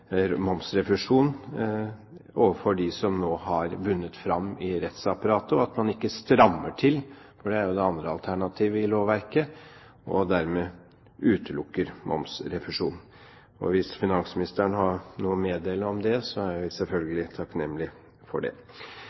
momsrefusjon for dem som nå har vunnet fram i rettsapparatet, og at man ikke strammer til – for det er jo det andre alternativet i lovverket – og dermed utelukker momsrefusjon. Hvis finansministeren har noe å meddele om dette, er vi selvfølgelig takknemlige for det.